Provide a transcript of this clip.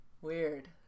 Weird